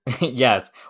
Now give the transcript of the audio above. Yes